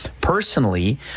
Personally